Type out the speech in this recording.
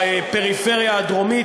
הפריפריה הדרומית,